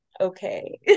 okay